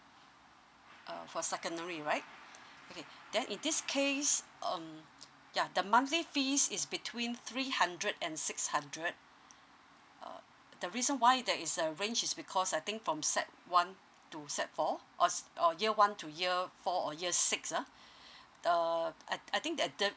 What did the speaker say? uh for secondary right okay then in this case um ya the monthly fees is between three hundred and six hundred err the reason why that is a range is because I think from sec one to sec four or or year one to year four or years six ah err I I think that the